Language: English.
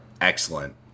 excellent